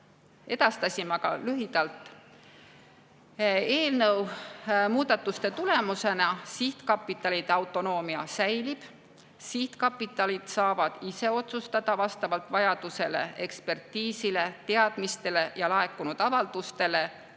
edastasime. Eelnõu muudatuste tulemusena sihtkapitalide autonoomia säilib. Sihtkapitalid saavad vastavalt vajadusele, ekspertiisile, teadmistele ja laekunud avaldustele